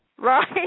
Right